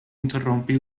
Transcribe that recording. interrompi